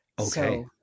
Okay